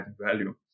value